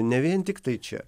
ne vien tiktai čia